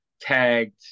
tagged